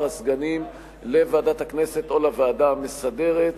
הסגנים לוועדת הכנסת או לוועדה המסדרת,